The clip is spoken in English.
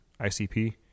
ICP